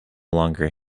longer